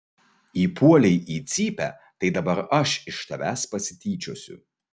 įpuolei į cypę tai dabar aš iš tavęs pasityčiosiu